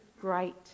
great